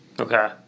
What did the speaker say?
Okay